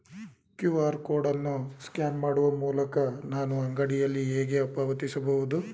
QR code ಅನ್ನು scan ಮಾಡುವ ಮೂಲಕ ನಾನು ಅಂಗಡಿಯಲ್ಲಿ ಹೇಗೆ ಪಾವತಿಸಬಹುದು?